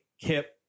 Kip